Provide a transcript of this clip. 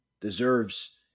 deserves